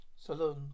Salon